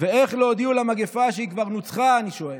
ואיך לא הודיעו למגפה שהיא כבר נוצחה, אני שואל,